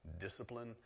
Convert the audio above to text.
discipline